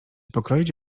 pokroić